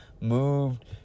moved